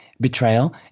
betrayal